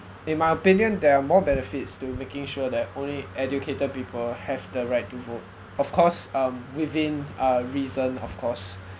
in my opinion there are more benefits to making sure that only educated people have the right to vote of course um within uh reason of course